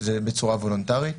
זה בצורה וולונטרית.